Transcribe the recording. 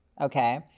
Okay